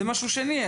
זה דבר שני.